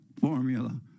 formula